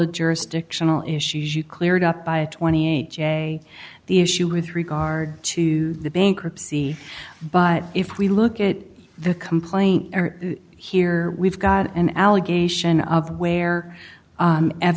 of jurisdictional issues you cleared up by a twenty eight j the issue with regard to the bankruptcy but if we look at the complaint here we've got an allegation of where